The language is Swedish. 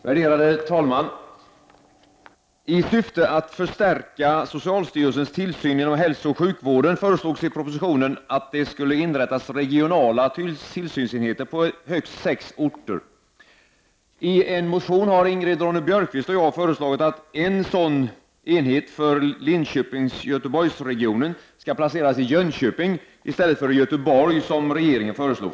Värderade talman! I syfte att förstärka socialstyrelsens tillsyn inom hälsooch sjukvården föreslogs i propositionen att det skulle inrättas regionala till synsenheter på högst sex orter. I en motion har Ingrid Ronne-Björkqvist och jag föreslagit att en sådan enhet för Linköping-Göteborgsregionen skall placeras i Jönköping i stället för i Göteborg, som regeringen föreslagit.